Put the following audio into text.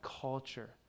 culture